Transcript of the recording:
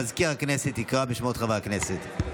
מזכיר הכנסת יקרא בשמות חברי הכנסת.